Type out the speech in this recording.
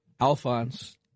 Alphonse